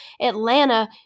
Atlanta